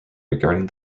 regarding